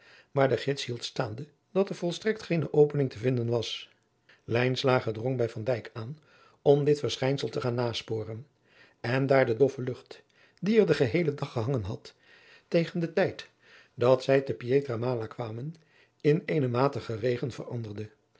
maar de gids hield adriaan loosjes pzn het leven van maurits lijnslager staande dat er volstrekt geene opening te vinden was lijnslager drong bij van dijk aan om dit verschijnsel te gaan nasporen en daar de doffe lucht die er den geheelen dag gehangen had tegen den tijd dat zij te pietra mala kwamen in eenen matigen regen veranderde